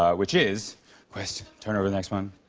ah which is quest, turn over the next one.